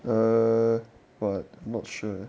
err but not sure